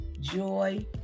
joy